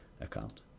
account